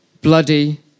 bloody